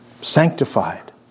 sanctified